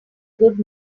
good